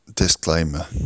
Disclaimer